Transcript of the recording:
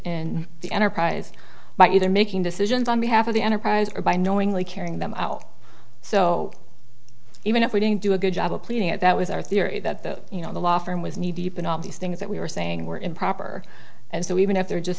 in the enterprise by either making decisions on behalf of the enterprise or by knowingly carrying them out so even if we didn't do a good job of cleaning it that was our theory that the you know the law firm was kneedeep in all these things that we were saying were improper and so even if they're just